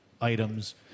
items